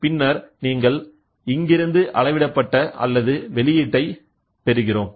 பின்னர் நீங்கள் இங்கிருந்து அளவிடப்பட்ட அல்லது வெளியீட்டை பெறுகிறோம்